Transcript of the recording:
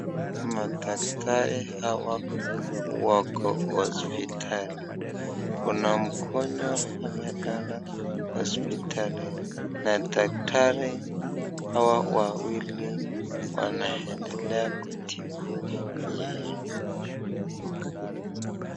Madaktari hawa wako hospitali Kuna mgonjwa amelala hospitali na daktari hawa wawili wanaendelea kutibu yeye.